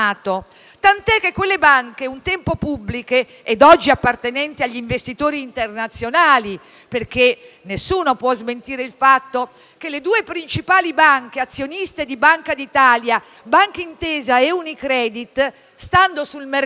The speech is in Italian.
tant'è che quelle banche, un tempo pubbliche, oggi sono appartenenti agli investitori internazionali perché nessuno può smentire il fatto che le due principali banche azioniste della Banca d'Italia - Banca Intesa e Unicredit - stando sul mercato,